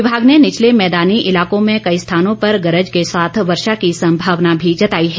विभाग ने निचले मैदानी इलाकों में कई स्थानों पर गरज के साथ वर्षा की संभावना भी जताई है